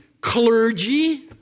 clergy